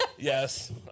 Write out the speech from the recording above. Yes